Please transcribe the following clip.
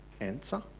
answer